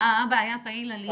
אבא היה פעיל עלייה?